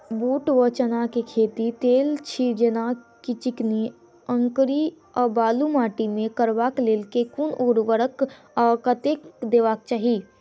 बूट वा चना केँ खेती, तेल छी जेना की चिकनी, अंकरी आ बालू माटि मे करबाक लेल केँ कुन उर्वरक आ कतेक देबाक चाहि?